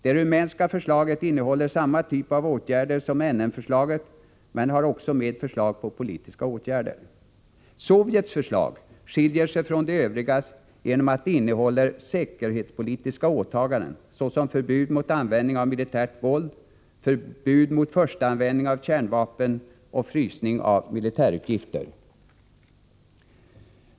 Det rumänska förslaget innehåller samma typ av åtgärder som NN förslaget, men har också med förslag om politiska åtgärder. Sovjets förslag skiljer sig från de övrigas genom att det innehåller säkerhetspolitiska åtaganden såsom förbud mot användning av militärt våld, förbud mot förstaanvändning av kärnvapen och frysning av militärutgifter.